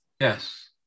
yes